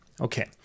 Okay